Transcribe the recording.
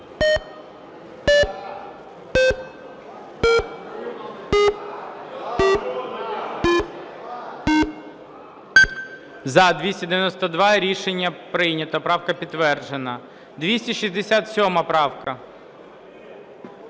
За-292 Рішення прийнято. Правка підтверджена. 267 правка.